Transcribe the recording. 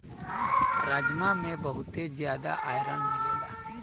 राजमा में बहुते जियादा आयरन मिलेला